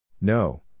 No